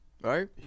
right